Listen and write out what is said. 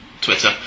Twitter